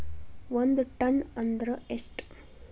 ಒಂದ್ ಟನ್ ಅಂದ್ರ ಎಷ್ಟ?